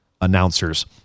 announcers